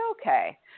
okay